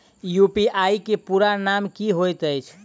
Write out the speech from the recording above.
UPI केँ पूरा नाम की होइत अछि?